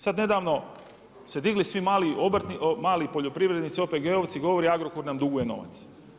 Sad nedavno se digli mali poljoprivrednici, OPG-ovci, govori Agrokor nam duguje novac.